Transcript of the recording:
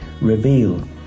reveal